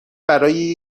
برای